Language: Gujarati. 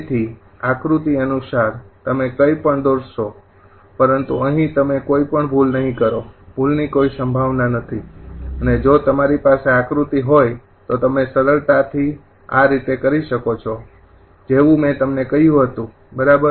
તેથી આકૃતિ અનુસાર તમે કઈ પણ દોરશો પરંતુ અહી તમે કોઇ પણ ભૂલ નહીં કરો ભૂલ ની કોઈ સંભાવના નથી જો તમારી પાસે આકૃતિ હોય તો તમે સરળતાથી આ રીતે કરી શકો છો જેવું મેં તમને કહ્યું હતું બરાબર